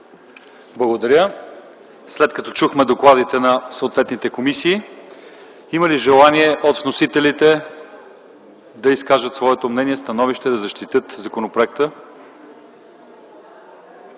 Благодаря. След като чухме докладите на съответните комисии, има ли желание от вносителите да изкажат своето мнение, становище, да защитят законопроекта?